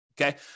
Okay